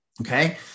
Okay